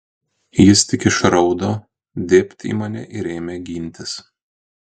jis tik išraudo dėbt į mane ir ėmė gintis